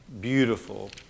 beautiful